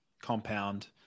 compound